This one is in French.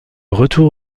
retour